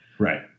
Right